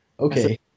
Okay